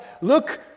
Look